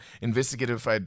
investigative